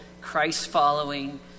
Christ-following